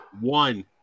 One